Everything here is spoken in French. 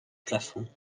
plafond